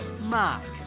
Mark